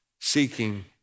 seeking